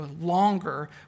longer